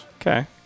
Okay